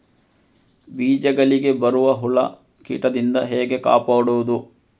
ಬೀಜಗಳಿಗೆ ಬರುವ ಹುಳ, ಕೀಟದಿಂದ ಹೇಗೆ ಕಾಪಾಡುವುದು?